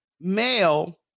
male